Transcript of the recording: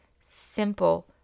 simple